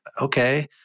Okay